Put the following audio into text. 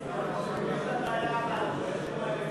יש לה בעיה בכפתורים האלקטרוניים.